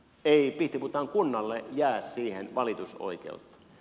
ei pihtiputaan kunnalle jää siihen valitusoikeutta